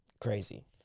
crazy